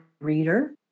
reader